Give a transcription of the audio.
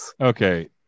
Okay